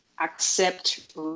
accept